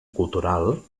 cultural